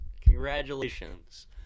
Congratulations